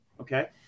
okay